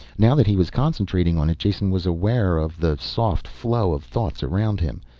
now that he was concentrating on it, jason was aware of the soft flow of thoughts around him.